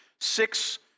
six